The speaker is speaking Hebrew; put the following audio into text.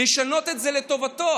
לשנות את זה לטובתו.